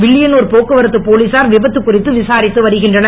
வில்லியனூர் போக்குவரத்து போலீசார் விபத்து குறித்து விசாரித்து வருகின்றனர்